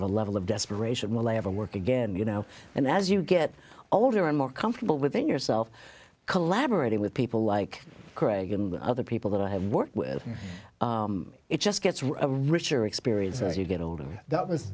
of a level of desperation will ever work again you know and as you get older and more comfortable within yourself collaborating with people like greg and the other people that i have worked with it just gets rid of a richer experience as you get older that was